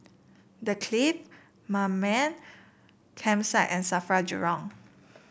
The Clift Mamam Campsite and Safra Jurong